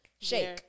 Shake